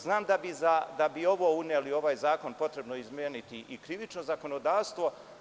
Znam da bi uneli ovaj zakon potrebno je izmeniti i krivično zakonodavstvo.